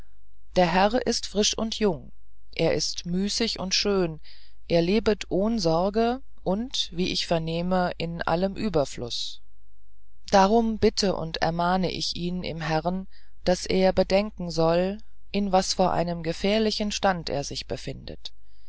der herr ist frisch und jung er ist müßig und schön er lebet ohn sorge und wie ich vernehme in allem überfluß darum bitte und ermahne ich ihn im herrn daß er bedenken wolle in was vor einem gefährlichen stand er sich befindet